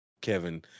Kevin